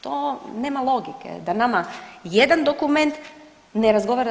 To nema logike da nama jedan dokument ne razgovara s